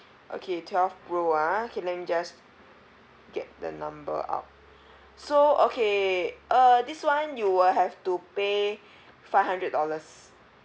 okay twelve pro ah okay let me just get the number out so okay uh this one you will have to pay five hundred dollars